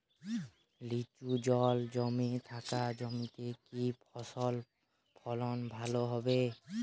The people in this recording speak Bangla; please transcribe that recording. নিচু জল জমে থাকা জমিতে কি ফসল ফলন ভালো হবে?